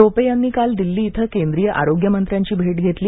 टोपे यांनी काल दिल्ली इथं केंद्रीय आरोग्यमंत्र्यांची भेट घेतली